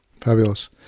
Fabulous